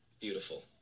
Beautiful